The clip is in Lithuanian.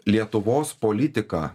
lietuvos politiką